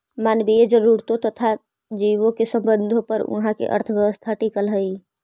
मानवीय जरूरतों तथा जीवों के संबंधों पर उहाँ के अर्थव्यवस्था टिकल हई